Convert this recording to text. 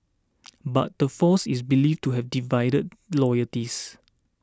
but the force is believed to have divided loyalties